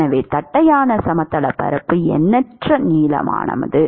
எனவே தட்டையான சமதளப் பரப்பு எண்ணற்ற நீளமானது